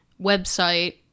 website